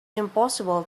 impossible